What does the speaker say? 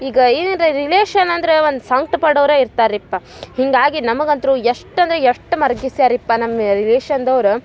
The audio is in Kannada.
ಈಗ ಏನ್ರ ರಿಲೇಶನ್ ಅಂದರೆ ಒಂದು ಸಂಕ್ಟ ಪಡೋರೆ ಇರ್ತಾರೆ ರೀ ಯಪ್ಪ ಹೀಗಾಗಿ ನಮಗಂತ್ರು ಎಷ್ಟು ಅಂದರೆ ಎಷ್ಟು ಮರ್ಕಿಸಿಯಾರ ರೀ ಯಪ್ಪ ನಮ್ಮೆ ರಿಲೇಶನ್ದ್ ಅವ್ರ